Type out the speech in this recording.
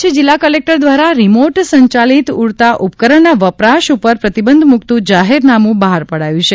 કચ્છ જિલ્લા કલેકટર દ્વારા રીમોટ સંચાલિત ઉડતા ઉપકરણના વપરાશ ઉપર પ્રતિબંધ મૂકતું જાહેરનામું બહાર પડાયું છે